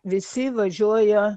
visi važiuoja